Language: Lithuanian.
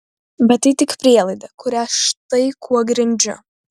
bet tai tik prielaida kurią štai kuo grindžiu